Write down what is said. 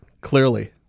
clearly